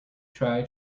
try